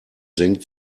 senkt